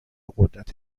قدرت